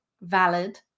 valid